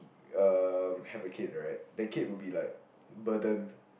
um have a kid right the kid would be like burden